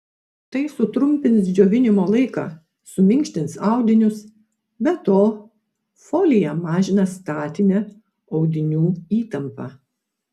tai sutrumpins džiovinimo laiką suminkštins audinius be to folija mažina statinę audinių įtampą